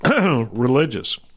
religious